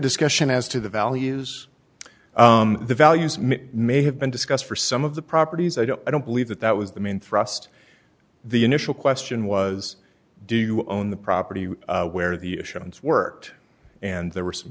discussion as to the values the values may may have been discussed for some of the properties i don't i don't believe that that was the main thrust the initial question was do you own the property where the issuance worked and there were some